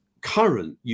current